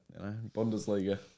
Bundesliga